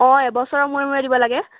অঁ এবছৰৰ মূৰে মূৰে দিব লাগে